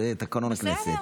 זה תקנון הכנסת.